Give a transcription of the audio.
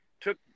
took